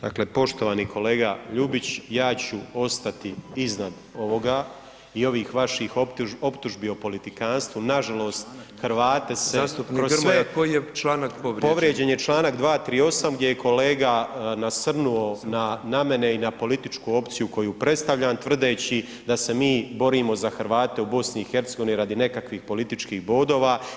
Dakle, poštovani kolega Ljubić ja ću ostati iznad ovoga i ovih vaših optužbi o politikantstvu, nažalost Hrvate se kroz sve [[Upadica: Zastupnik Grmoja koji je članak povrijeđen?]] povrijeđen je Članak 238. gdje je kolega nasrnuo na mene i na političku opciju koju predstavljam tvrdeći da se mi borimo za Hrvate u BiH radi nekakvih političkih bodova.